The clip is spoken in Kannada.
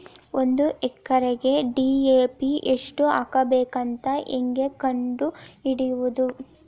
ಒಂದು ಎಕರೆಗೆ ಡಿ.ಎ.ಪಿ ಎಷ್ಟು ಹಾಕಬೇಕಂತ ಹೆಂಗೆ ಕಂಡು ಹಿಡಿಯುವುದು?